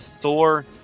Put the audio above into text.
Thor